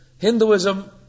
Hinduism